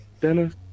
Dennis